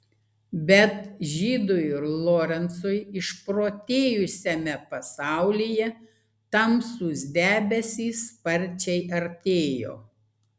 bet žydui lorencui išprotėjusiame pasaulyje tamsūs debesys sparčiai artėjo